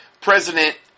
President